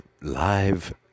live